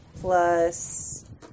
plus